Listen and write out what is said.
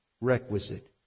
requisite